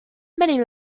many